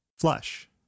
flush